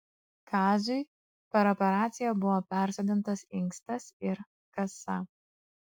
kaziui per operaciją buvo persodintas inkstas ir kasa